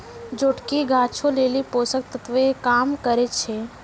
जोटकी गाछो लेली पोषक तत्वो के काम करै छै